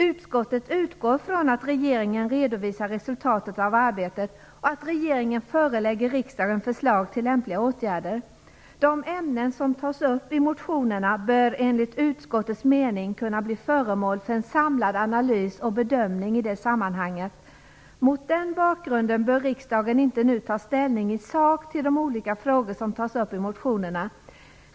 Utskottet utgår från att regeringen redovisar resultatet av arbetet och att regeringen förelägger riksdagen förslag till lämpliga åtgärder. De ämnen som tas upp i motionerna bör enligt utskottets mening kunna bli föremål för en samlad analys och bedömning i det sammanhanget. Mot den bakgrunden bör riksdagen inte nu ta ställning i sak till de olika frågor som tas upp i motionerna.